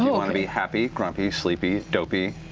want to be happy, grumpy, sleepy, dopey,